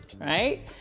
right